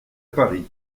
paris